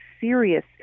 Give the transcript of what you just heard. serious